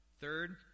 Third